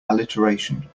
alliteration